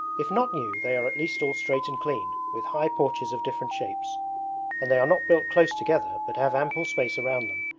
if not new they are at least all straight and clean, with high porches of different shapes and they are not built close together but have ample space around them,